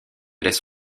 laisse